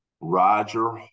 Roger